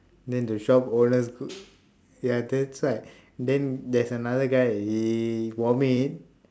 then the shop owner's ya that's right then there is another guy he vomit